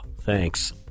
thanks